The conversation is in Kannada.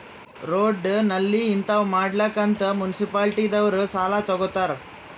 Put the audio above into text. ರೋಡ್, ನಾಲಿ ಹಿಂತಾವ್ ಮಾಡ್ಲಕ್ ಅಂತ್ ಮುನ್ಸಿಪಾಲಿಟಿದವ್ರು ಸಾಲಾ ತಗೊತ್ತಾರ್